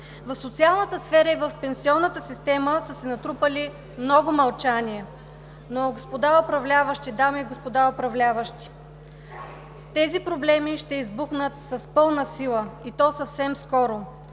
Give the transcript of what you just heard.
В социалната сфера и в пенсионната система се е натрупало много мълчание. Но, дами и господа управляващи, тези проблеми ще избухнат с пълна сила, и то съвсем скоро,